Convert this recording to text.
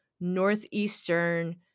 northeastern